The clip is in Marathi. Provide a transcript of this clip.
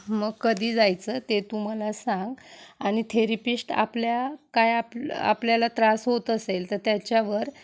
मग कधी जायचं ते तू मला सांग आणि थेरिपिश्ट आपल्या काय आप आपल्याला त्रास होत असेल तर त्याच्यावर